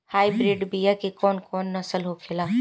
Hybrid बीया के कौन कौन नस्ल होखेला?